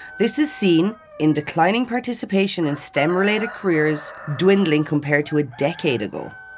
this is seen in declining participation in stem related careers dwindling compared to a decade ago.